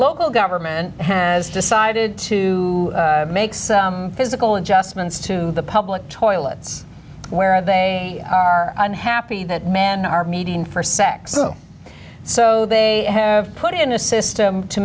local government has decided to make some physical in just minutes to the public toilets where they are unhappy that men are meeting for sex so they have put in a system to